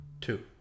Two